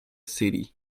city